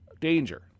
Danger